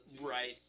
right